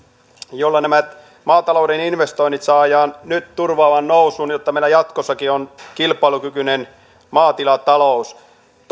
jolla nämä maatalouden investoinnit saadaan nyt turvattua nousuun jotta meillä jatkossakin on kilpailukykyinen maatilatalous